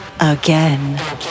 again